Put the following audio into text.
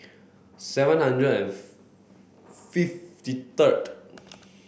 seven hundred and fifty third